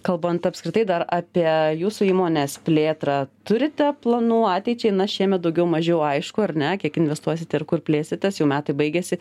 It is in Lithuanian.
kalbant apskritai dar apie jūsų įmonės plėtrą turite planų ateičiai na šiemet daugiau mažiau aišku ar ne kiek investuosite ir kur plėsitės jau metai baigiasi